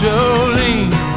Jolene